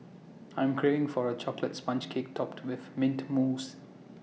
I am craving for A Chocolate Sponge Cake Topped with Mint Mousse